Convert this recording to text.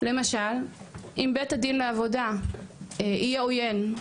למשל אם בית הדין לעבודה יהיה עוין,